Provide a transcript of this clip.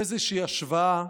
איזושהי השוואה